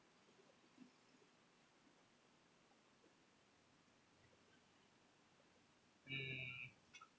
mm